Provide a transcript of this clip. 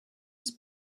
his